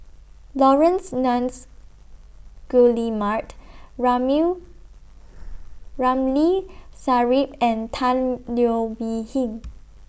Laurence Nunns Guillemard Ramli Sarip and Tan Leo Wee Hin